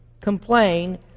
complain